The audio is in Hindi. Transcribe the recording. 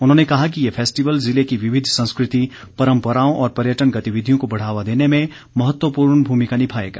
उन्होंने कहा कि ये फैस्टिवल ज़िले की विविध संस्कृति परम्पराओं और पर्यटन गतिविधियों को बढ़ावा देने में महत्वपूर्ण भूमिका निभाएगा